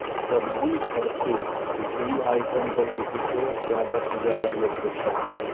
सब्जी आओर तेल ई दुनू आइटमपर जे छै से ज्यादासँ ज्यादा लोकके खर्च छै